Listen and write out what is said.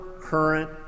current